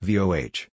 Voh